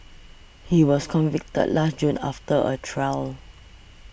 he was convicted last June after a trial